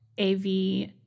AV